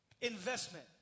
investment